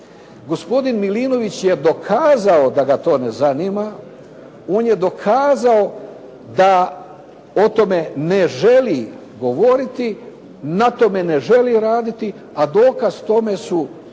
Gospodin Milinović je dokazao da ga to ne zanima. On je dokazao da o tome ne želi govoriti, na tome ne želi raditi, a dokaz tome su